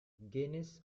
guinness